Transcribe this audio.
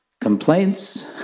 complaints